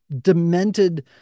demented